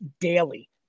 daily